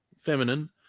feminine